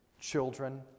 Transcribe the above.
Children